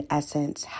essence